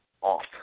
off